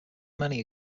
many